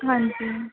ਹਾਂਜੀ